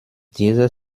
dieser